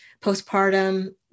postpartum